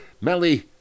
Melly